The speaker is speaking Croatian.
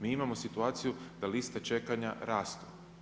Mi imamo situaciju da liste čekanja rastu.